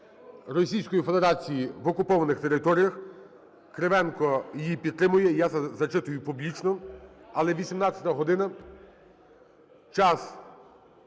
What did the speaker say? Російською Федерацією в окупованих територіях". Кривенко її підтримує. І я зачитую публічно. Але 18 година. Час